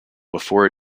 before